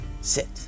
Sit